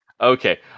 Okay